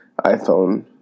iPhone